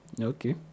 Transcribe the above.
Okay